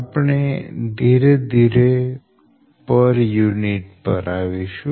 આપણે ધીરે ધીરે પર યુનીટ પર આવીશું